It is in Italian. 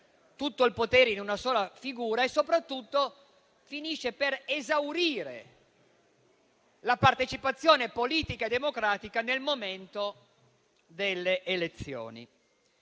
tutto il potere in una sola figura e, soprattutto, esaurire la partecipazione politica e democratica nel momento delle elezioni.